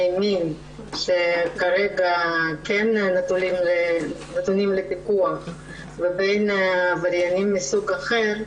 מין שכרגע כן נתונים לפיקוח לבין עבריינים מסוג אחר,